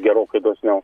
gerokai dosniau